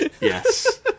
Yes